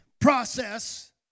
process